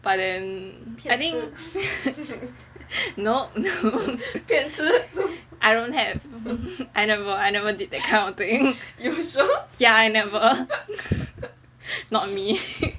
but then I think no I don't have I never did that kind of thing ya I never not me